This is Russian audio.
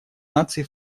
наций